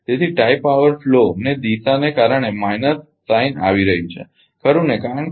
તેથી tie power ફ્લોની દિશાને કારણે માઇનસ સાઇન આવી રહી છે ખરૂ ને કારણ કે